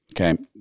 Okay